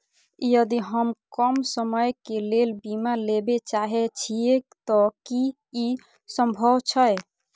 यदि हम कम समय के लेल बीमा लेबे चाहे छिये त की इ संभव छै?